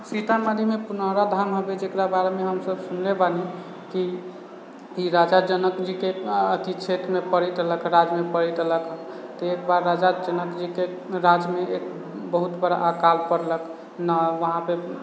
सीतामढ़ीमे पुनौराधाम हबे जेकरा बारेमे हमसभ सुनले बानि कि ई राजा जनक जीके अथि क्षेत्रमे पड़ैत रहलक राज्यमे पड़ैत रहलक हँ तऽ एक बार राजा जनक जीके राज्यमे एक बहुत बड़ा अकाल पड़लक ने वहाँपे